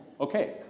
Okay